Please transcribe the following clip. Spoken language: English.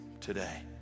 today